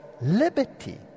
liberty